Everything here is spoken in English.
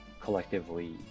collectively